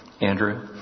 Andrew